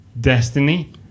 destiny